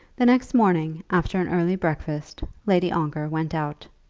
the next morning, after an early breakfast, lady ongar went out.